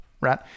right